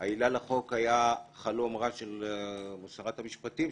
העילה לחוק היתה חלום רע של שרת התרבות והספורט,